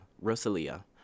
Rosalia